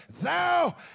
Thou